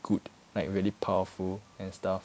good like really powerful and stuff